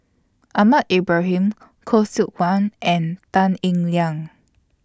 Ahmad Ibrahim Khoo Seok Wan and Tan Eng Liang